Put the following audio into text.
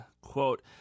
Quote